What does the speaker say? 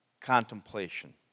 contemplation